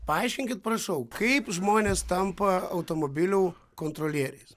paaiškinkit prašau kaip žmonės tampa automobilių kontrolieriais